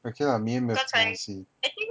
okay lah 明天没有什么东西